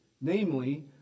namely